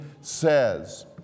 says